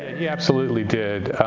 he absolutely did